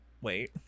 Wait